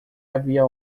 havia